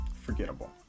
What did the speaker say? forgettable